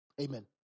Amen